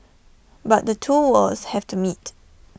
but the two worlds have to meet